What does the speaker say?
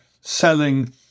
selling